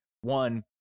One